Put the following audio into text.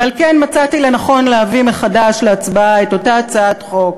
ועל כן מצאתי לנכון להביא מחדש להצבעה את אותה הצעת חוק.